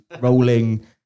rolling